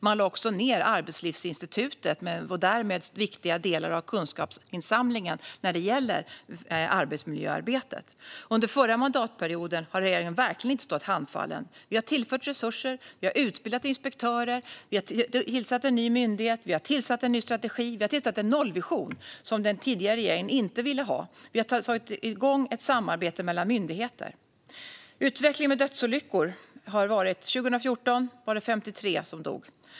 Man lade också ned Arbetslivsinstitutet och därmed viktiga delar av kunskapsinsamlingen när det gäller arbetsmiljöarbetet. Under förra mandatperioden har regeringen verkligen inte stått handfallen. Vi har tillfört resurser, vi har utbildat inspektörer och vi har tillsatt en ny myndighet, en ny strategi och en nollvision som den tidigare regeringen inte ville ha. Vi har dragit igång ett samarbete mellan myndigheter. När det gäller dödsolyckor har utvecklingen sett ut så här: 2014 var det 53 som dog.